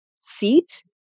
seat